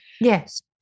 Yes